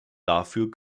dafür